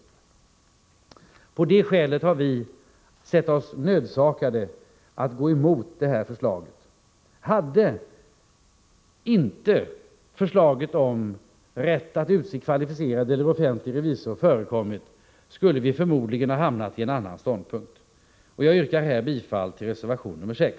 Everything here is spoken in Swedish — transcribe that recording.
På detta skäl har vi sett oss nödsakade att gå emot förslaget. Hade inte förslaget om rätt att utse kvalificerad eller offentlig revisor förekommit, skulle vi förmodligen ha hamnat på en annan ståndpunkt. Jag yrkar här bifall till reservation 6.